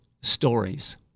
stories